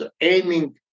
aiming